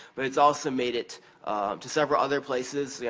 but it's also made it to several other places. yeah